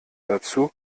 dazu